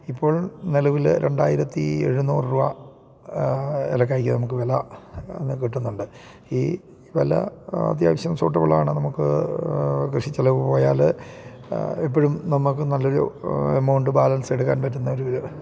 ഇപ്പോൾ നിലവിൽ രണ്ടായിരത്തി എഴുന്നൂറ് രൂപ എലക്കായക്ക് നമുക്ക് വില കിട്ടുന്നുണ്ട് ഈ വില അത്യാവശ്യം സ്യൂട്ടബിളാണ് നമുക്ക് കൃഷി ചിലവ് പോയാൽ എപ്പോഴും നമുക്ക് നല്ലൊരു എമൗണ്ട് ബാലൻസെടുക്കാൻ പറ്റുന്നൊരു